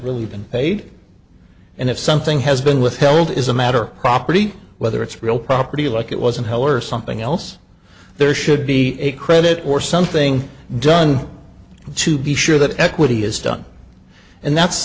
really been paid and if something has been withheld is a matter of property whether it's real property like it was in hell or something else there should be a credit or something done to be sure that equity is done and that's